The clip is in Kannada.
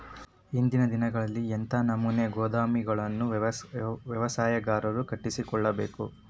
ಇಂದಿನ ದಿನಗಳಲ್ಲಿ ಎಂಥ ನಮೂನೆ ಗೋದಾಮುಗಳನ್ನು ವ್ಯವಸಾಯಗಾರರು ಕಟ್ಟಿಸಿಕೊಳ್ಳಬೇಕು?